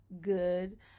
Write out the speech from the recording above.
good